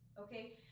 okay